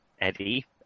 Eddie